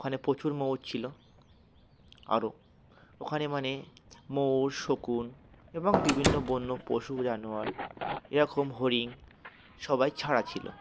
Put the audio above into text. ওখানে প্রচুর ময়ূর ছিলো আরও ওখানে মানে ময়ূর শকুন এবং বিভিন্ন বন্য পশু জানোয়ার এরকম হরিণ সবাই ছাড়া ছিল